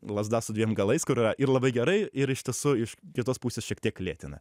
lazda su dviem galais kur yra ir labai gerai ir iš tiesų iš kitos pusės šiek tiek lėtina